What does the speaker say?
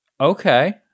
Okay